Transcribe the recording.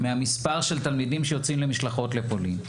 מהמספר של התלמידים שיוצאים במשלחות לפולין.